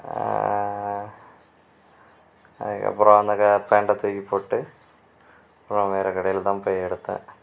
அதுக்கப்புறம் அந்த பேன்டை தூக்கி போட்டு அப்புறம் வேறு கடையில்தான் போய் எடுத்தேன்